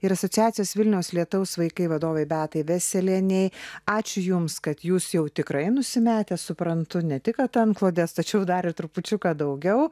ir asociacijos vilniaus lietaus vaikai vadovei beatai veselienei ačiū jums kad jūs jau tikrai nusimetęs suprantu ne tik kad antklodes tačiau dar ir trupučiuką daugiau